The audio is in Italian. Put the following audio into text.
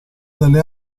delle